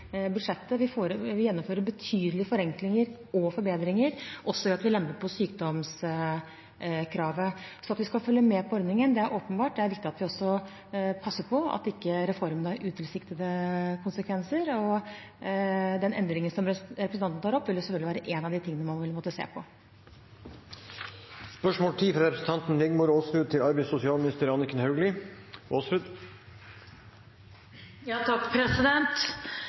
Vi dobler budsjettet og gjennomfører betydelige forenklinger og forbedringer, også ved at vi lemper på sykdomskravet. At vi skal følge med på ordningen, er åpenbart. Det er viktig at vi også passer på at ikke reformen har utilsiktede konsekvenser. Den endringen som representanten tar opp, vil selvfølgelig være en av de tingene man vil måtte se på. «Regjeringspartienes stortingsrepresentanter har flere ganger forsikret om at regjeringen vil ordne opp slik at utbetalingsinformasjon fra Nav sendes i posten til